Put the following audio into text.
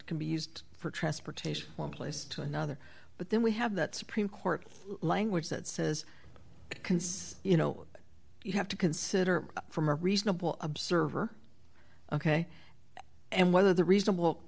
can be used for transportation one place to another but then we have that supreme court language that says consists you know you have to consider from a reasonable observer ok and whether the reasonable